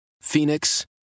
Phoenix